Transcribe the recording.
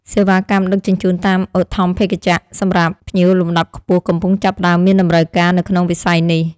សេវាកម្មដឹកជញ្ជូនតាមឧទ្ធម្ភាគចក្រសម្រាប់ភ្ញៀវលំដាប់ខ្ពស់កំពុងចាប់ផ្តើមមានតម្រូវការនៅក្នុងវិស័យនេះ។